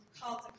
called